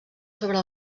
sobre